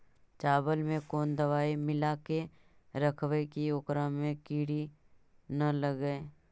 चावल में कोन दबाइ मिला के रखबै कि ओकरा में किड़ी ल लगे?